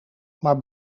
maar